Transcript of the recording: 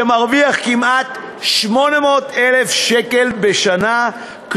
שמרוויח כמעט 800,000 שקל בשנה,